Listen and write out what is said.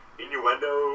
innuendo